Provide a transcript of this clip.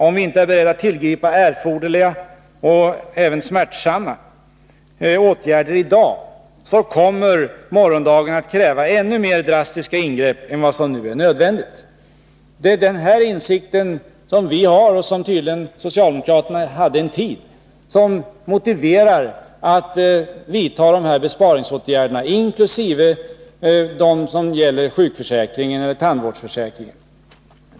Om vi inte är beredda att tillgripa erforderliga och även smärtsamma åtgärder i dag, kommer morgondagen att kräva ännu mer drastiska ingrepp än vad som nu är nödvändigt.” N Det är den här insikten som vi har — och som tydligen också socialdemokraterna hade en tid — som motiverar att man vidtar de här besparingsåtgärderna inkl. dem som gäller sjukförsäkringen eller tandvårdsförsäkringen.